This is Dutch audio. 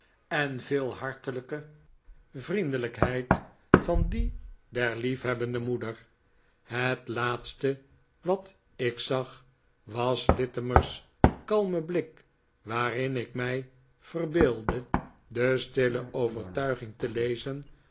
en veel hartelijke veranderingen in yarmouth vriendelijkheid van dien der liefhebbende moeder het laatste wat ik zag was littimer's kalme blik waarin ik mij verbeeldde de stille overtuiging te lezen